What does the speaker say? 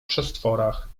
przestworach